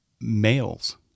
males